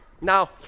Now